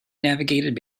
navigated